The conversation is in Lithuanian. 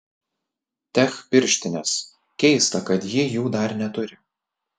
tech pirštinės keista kad ji jų dar neturi